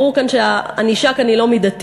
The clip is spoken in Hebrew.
ברור שהענישה כאן היא לא מידתית.